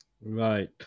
Right